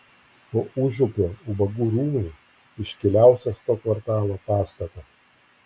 o užupio ubagų rūmai iškiliausias to kvartalo pastatas